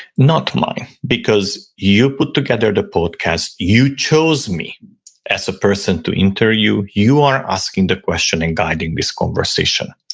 not mine because you put together the podcast, you chose me as a person to interview, you are asking the question and guiding this conversation,